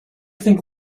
think